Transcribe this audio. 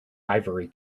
ivory